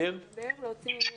אני מתנצל.